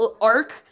arc